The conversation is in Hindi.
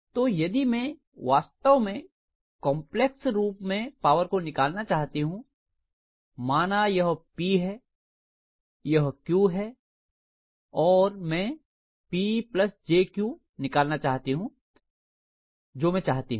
तो यदि मैं वास्तव में कांपलेक्स रूप में पावर को निकालना चाहती हूं माना यह P है यह Q है और मैं P jQ निकालना चाहती हूं जो मैं चाहती हूं